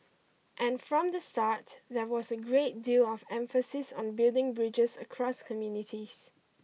and from the start there was a great deal of emphasis on building bridges across communities